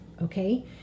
okay